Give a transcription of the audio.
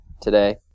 today